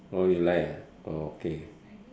orh you like ah orh okay